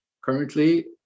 currently